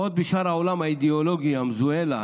בעוד בשאר העולם האידיאולוגי המזוהה לה,